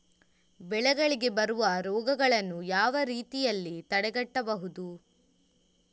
ಬೆಳೆಗಳಿಗೆ ಬರುವ ರೋಗಗಳನ್ನು ಯಾವ ರೀತಿಯಲ್ಲಿ ತಡೆಗಟ್ಟಬಹುದು?